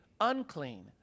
unclean